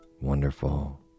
wonderful